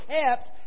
kept